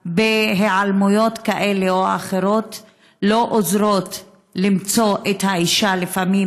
בהיעלמויות כאלה או אחרות לא עוזרות למצוא את האישה לפעמים,